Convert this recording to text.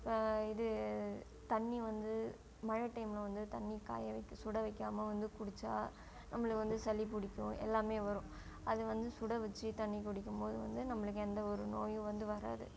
இது தண்ணி வந்து மழை டைமில் வந்து தண்ணி காய வைக்க சுட வைக்காமல் வந்து குடித்தா நம்மளுக்கு வந்து சளி பிடிக்கும் எல்லாமே வரும் அது வந்து சுட வெச்சி தண்ணி குடிக்கும் போது வந்து நம்மளுக்கு எந்த ஒரு நோயும் வந்து வராது